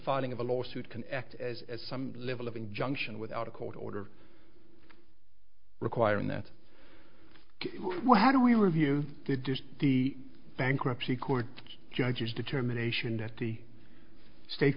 filing of a lawsuit can act as some level of injunction without a court order requiring that well how do we review the bankruptcy court judge's determination that the state